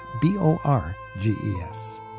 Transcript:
B-O-R-G-E-S